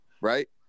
right